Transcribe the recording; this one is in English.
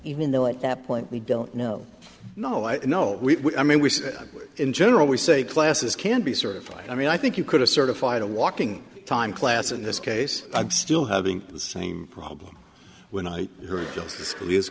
even though at that point we don't know no i know we i mean we said in general we say classes can be certified i mean i think you could have certified a walking time class in this case i'm still having the same problem when i